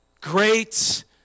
Great